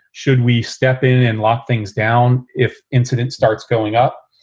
should we step in and lock things down if incident starts going up?